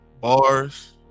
bars